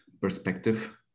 perspective